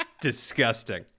disgusting